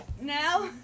now